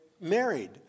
married